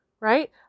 right